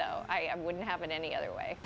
though i wouldn't have it any other way